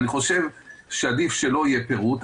אני חושב שעדיף שלא יהיה פירוט,